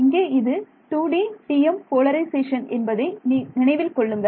இங்கே இது 2D T M polarisation என்பதை நினைவில் கொள்ளுங்கள்